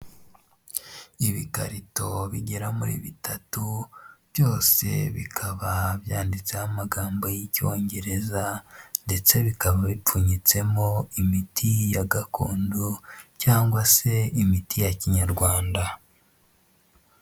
Ibikarito bigera muri bitatu, byose bikaba byanditseho amagambo y'icyongereza, ndetse rikaba ripfunyitsemo imiti ya gakondo, cyangwa se imiti ya Kinyarwanda.